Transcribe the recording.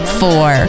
four